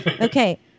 okay